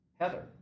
Heather